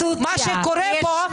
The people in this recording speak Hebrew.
מה שקורה פה,